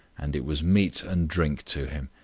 and it was meat and drink to him.